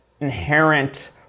inherent